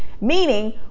meaning